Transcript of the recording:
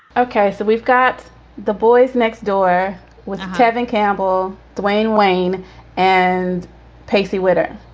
ok, so we've got the boys next door with kevin campbell, dwayne wayne and pacey witter.